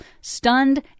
stunned